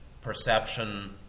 perception